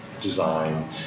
design